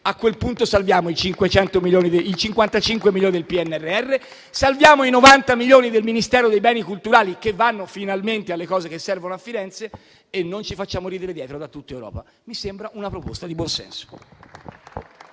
A quel punto, salviamo i 55 milioni del PNRR, salviamo i 90 milioni del Ministero della cultura, che saranno destinati finalmente agli interventi che servono a Firenze, e non ci facciamo ridere dietro da tutta Europa. Mi sembra una proposta di buon senso.